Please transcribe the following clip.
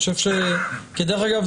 דרך אגב,